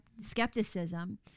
skepticism